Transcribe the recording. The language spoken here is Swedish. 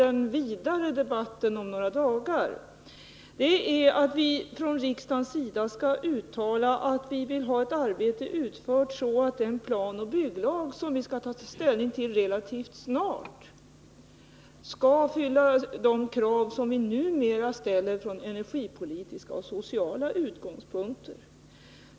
Men det konkreta krav som vi behandlar i dag är att vi från riksdagens sida skall uttala att vi vill ha ett arbete utfört som medför att den planoch bygglag som vi relativt snart skall ta ställning till kommer att uppfylla de krav som vi numera ställer från energipolitiska och sociala utgångspunkter.